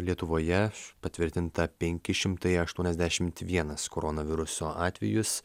lietuvoje patvirtinta penki šimtai aštuoniasdešimt vienas koronaviruso atvejus